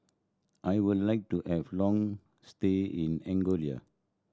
I would like to have long stay in Angola